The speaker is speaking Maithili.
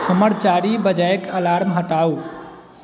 हमर चारि बजेक अलार्म हटाउ